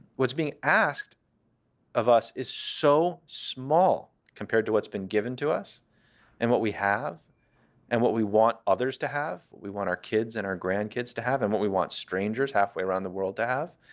what's being asked of us is so small compared to what's been given to us and what we have and what we want others to have, what we want our kids and our grandkids to have and what we want strangers halfway around the world to have.